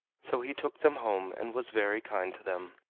so he took them home, and was very kind to them,